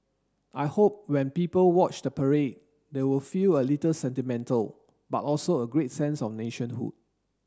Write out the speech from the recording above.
I hope when people watch the parade they will feel a little sentimental but also a great sense of nationhood